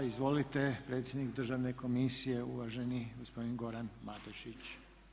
Izvolite, predsjednik Državne komisije uvaženi gospodin Goran Matešić.